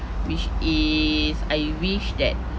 which is I wish that